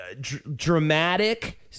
dramatic